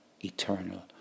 eternal